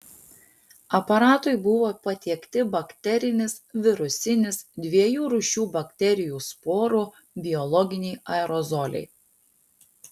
aparatui buvo patiekti bakterinis virusinis dviejų rūšių bakterijų sporų biologiniai aerozoliai